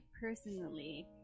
personally